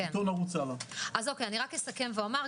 אסכם ואומר.